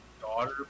Daughter